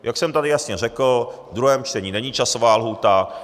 Jak jsem tady jasně řekl, ve druhém čtení není časová lhůta.